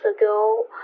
ago